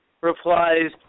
replies